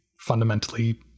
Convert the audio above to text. fundamentally